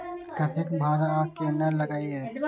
कतेक भाड़ा आ केना लागय ये?